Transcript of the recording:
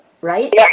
right